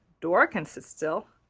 dora can sit still.